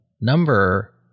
Number